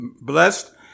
blessed